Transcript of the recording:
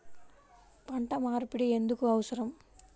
పంట మార్పిడి ఎందుకు అవసరం?